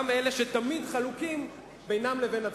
גם אלה שתמיד חלוקים בינם לבין עצמם.